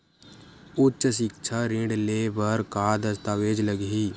उच्च सिक्छा ऋण ले बर का का दस्तावेज लगही?